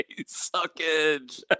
Suckage